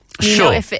Sure